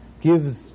gives